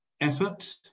effort